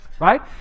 right